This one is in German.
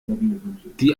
die